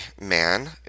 man